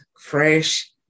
fresh